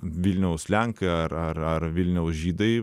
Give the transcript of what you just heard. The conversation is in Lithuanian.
vilniaus lenkai ar ar ar vilniaus žydai